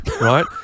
right